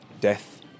death